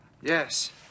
Yes